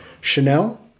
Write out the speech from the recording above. chanel